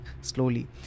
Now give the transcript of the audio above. slowly